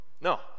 No